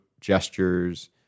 gestures